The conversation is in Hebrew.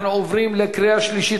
אנחנו עוברים לקריאה שלישית.